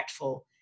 impactful